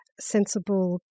sensible